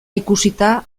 ikusita